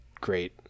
great